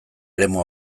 eremu